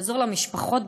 יעזור למשפחות,